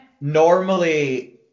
normally